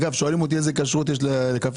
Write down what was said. שואלים אותי איזה כשרות יש לקפה